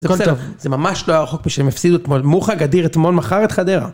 אליו זה ממש לא היה רחוק בשבילי שהם הפסידו אתמול, מוחה גדיר אתמול מכר את חדרה.